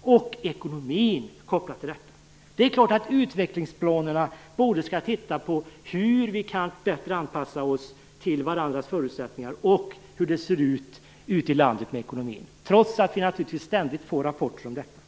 Dessutom är ju ekonomin kopplad till detta. Det är klart att utvecklingsplanerna både skall titta på hur vi bättre kan anpassa oss till varandra och hur det ser ut med ekonomin ute i landet, trots att vi ständigt får rapporter om detta.